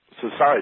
society